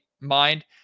mind